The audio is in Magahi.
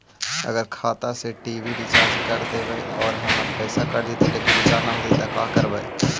अगर खाता से टी.वी रिचार्ज कर देबै और हमर पैसा कट जितै लेकिन रिचार्ज न होतै तब का करबइ?